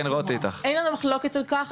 אין לנו מחלוקת על כך,